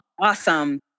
Awesome